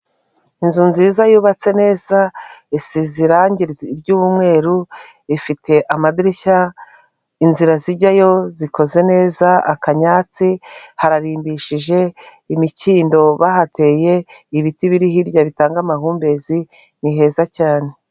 Inzu nziza yubatse neza isize ry'umweru ifite amadirishya inzira zijyayo zikoze neza akanyatsi, hararimbishije imikindo bahateye, ibiti biri hirya bitanga amahumbezi, ni heza cyane.